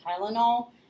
Tylenol